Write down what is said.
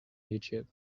youtube